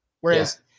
Whereas